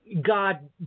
God